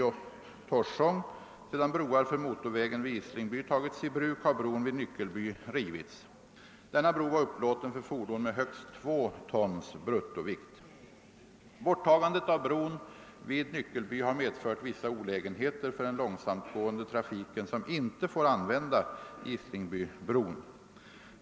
Borttagandet av bron vid Nyckelby har medfört vissa olägenheter för den långsamtgående trafiken som inte får använda Islingbybron.